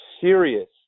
serious